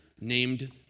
named